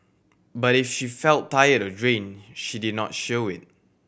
but if she felt tired or drained she did not show it